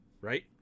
right